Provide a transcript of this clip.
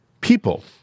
people